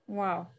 Wow